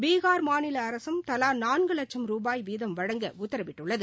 பீகார் மாநில அரசும் தலா நான்கு வட்சும் ரூபாய் வீதம் வழங்க உத்தரவிட்டுள்ளது